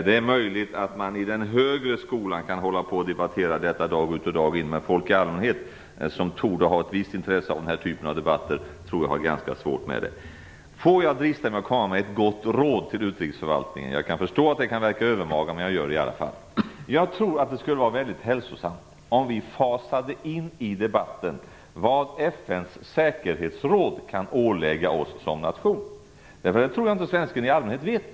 Det är möjligt att man i den högre skolan kan debattera detta dag ut och dag in, men folk i allmänhet, som torde ha ett visst intresse av den här typen av debatter, har ganska svårt med det. Får jag drista med att komma med ett gott råd till utrikesförvaltningen. Jag kan förstå att det kan verka övermaga, men jag gör det i alla fall. Jag tror att det skulle vara väldigt hälsosamt om vi fasade in i debatten vad FN:s säkerhetsråd kan ålägga oss som nation. Jag tror inte att svensken i allmänhet vet det.